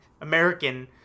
American